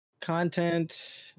content